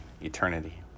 eternity